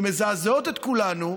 ומזעזעות את כולנו,